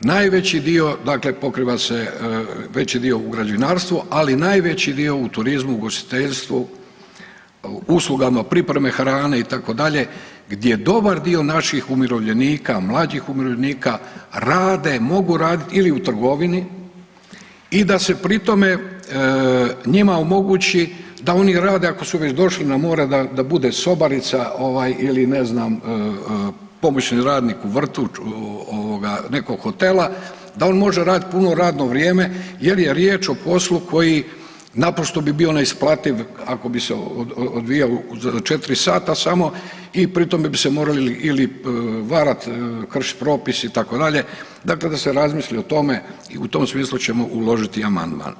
najveći dio dakle pokriva se veći dio u građevinarstvu, ali najveći dio u turizmu, ugostiteljstvu, uslugama pripreme hrane itd., gdje dobar dio naših umirovljenika, mlađih umirovljenika rade, mogu raditi ili u trgovini i da se pri tome njima omoguće da oni rade, ako su već došli na more da bude sobarica ili ne znam pomoćni radnik u vrtu ovoga nekoga hotela da on može raditi puno radno vrijeme jer je riječ o poslu koji naprosto bi bio neisplativ ako bi se odvijao 4 sata samo i pri tome bi se morali ili varat, kršit propis itd., dakle da se razmisli o tome i u tom smislu ćemo uložiti amandman.